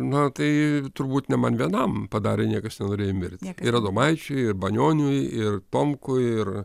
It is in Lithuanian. na tai turbūt ne man vienam padarė niekas nenorėjo mirt ir adomaičiui ir banioniui ir tomkui ir